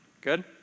Good